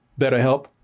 BetterHelp